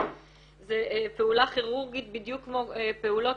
זו פעולה כירורגית בדיוק כמו פעולות